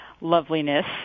loveliness